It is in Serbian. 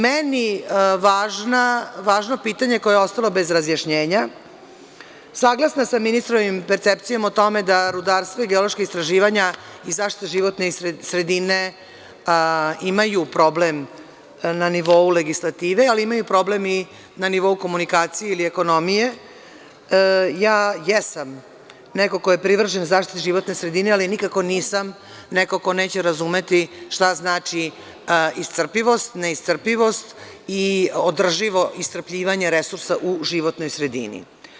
Meni važno pitanje koje je ostalo bez razjašnjenja, saglasna sa ministrovim percepcijama o tome da rudarstvo i geološka istraživanja i zaštita životne sredine imaju problem na nivou legislative, ali imaju problem i na nivou komunikacije ili ekonomije, ja jesam neko ko je privržen zaštiti životne sredine, ali nikako nisam neko ko neće razumeti šta znači iscrpivost, neiscrpivost i održivo iscrpljivanje resursa u životnoj sredini.